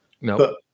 No